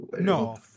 No